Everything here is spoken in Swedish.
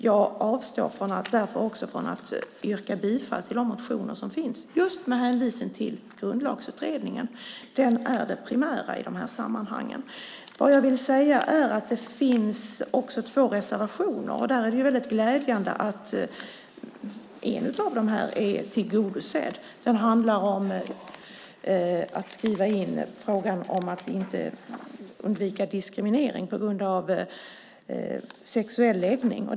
Jag avstår således från att yrka bifall till de motioner som finns här, just med hänvisning till Grundlagsutredningen. Den är det primära i de här sammanhangen. Det finns också två särskilda yttranden i betänkandet. Det är väldigt glädjande att det som sägs i det ena yttrandet är tillgodosett. Det handlar om att skriva in frågan om att inte undvika diskriminering på grund av sexuell läggning.